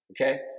okay